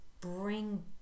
bring